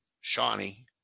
Shawnee